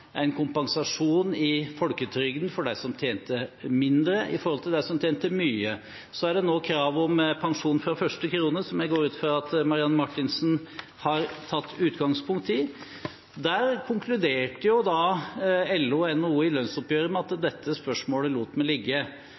en kompensasjon i folketrygden for dem som tjente mindre i forhold til dem som tjente mye. Så er det nå krav om pensjon fra første krone, som jeg går ut fra at Marianne Marthinsen har tatt utgangspunkt i. Der konkluderte LO og NHO i lønnsoppgjøret med at dette spørsmålet lot de ligge